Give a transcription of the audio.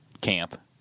camp